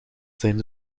zijn